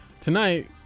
Tonight